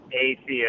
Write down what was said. atheist